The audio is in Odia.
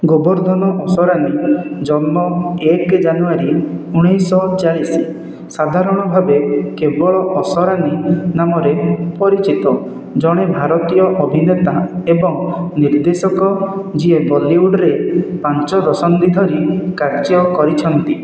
ଗୋବର୍ଦ୍ଧନ ଅସରାନୀ ଜନ୍ମ ଏକେ ଜାନୁଆରୀ ଉଣେଇଶିଶହ ଚାଳିଶି ସାଧାରଣ ଭାବେ କେବଳ ଅସରାନୀ ନାମରେ ପରିଚିତ ଜଣେ ଭାରତୀୟ ଅଭିନେତା ଏବଂ ନିର୍ଦ୍ଦେଶକ ଯିଏ ବଲିଉଡ଼ରେ ପାଞ୍ଚ ଦଶନ୍ଧି ଧରି କାର୍ଯ୍ୟ କରିଛନ୍ତି